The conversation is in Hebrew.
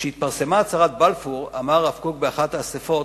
כשהתפרסמה הצהרת בלפור אמר הרב קוק באחת האספות: